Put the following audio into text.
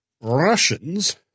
Russians